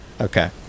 Okay